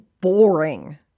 boring